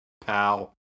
Pal